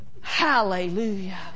Hallelujah